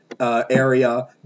Area